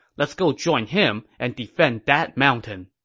let's go join him and defend that mountain.